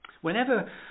Whenever